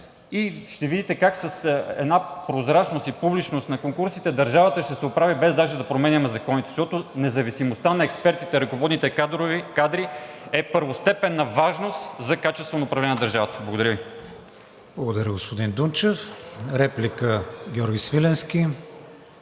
и ще видите как с една прозрачност и публичност на конкурсите държавата ще се оправи, без даже да променяме законите, защото независимостта на експертите, ръководните кадри е от първостепенна важност за качеството на управление на държавата. Благодаря Ви. ПРЕДСЕДАТЕЛ КРИСТИАН ВИГЕНИН: Благодаря Ви, господин Дунчев. Реплика – Георги Свиленски.